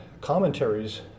commentaries